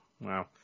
Wow